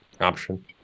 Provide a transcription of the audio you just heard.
option